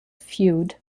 feud